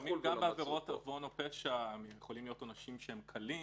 לפעמים גם בעבירות עוון או פשע יכולים להיות עונשים קלים.